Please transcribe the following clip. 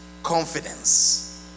Confidence